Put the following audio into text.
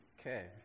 Okay